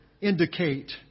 indicate